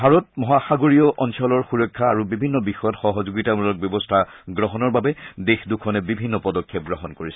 ভাৰত মহাসাগৰীয় অঞ্চলৰ সুৰক্ষা আৰু বিভিন্ন বিষয়ত সহযোগিতামূলক ব্যৱস্থা গ্ৰহণৰ বাবে দেশ দুখনে বিভিন্ন পদক্ষেপ গ্ৰহণ কৰিছে